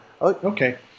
okay